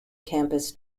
campus